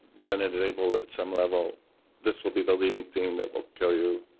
then it enables at some level this will be the leading thing that will kill you.